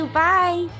bye